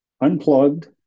unplugged